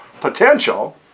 potential